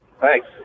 Thanks